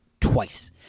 twice